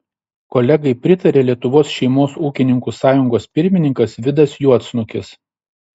kolegai pritarė lietuvos šeimos ūkininkų sąjungos pirmininkas vidas juodsnukis